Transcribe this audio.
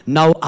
Now